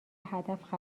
هدف